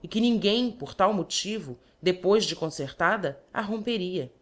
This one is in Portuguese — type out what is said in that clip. e que ninguém por tal motivo depois de concertada a romperia